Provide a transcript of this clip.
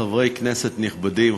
חברי כנסת נכבדים,